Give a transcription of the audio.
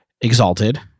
Exalted